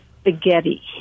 spaghetti